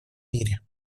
мире